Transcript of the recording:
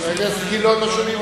חבר הכנסת גילאון, לא שומעים אותך.